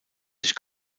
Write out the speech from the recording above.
sich